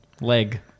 leg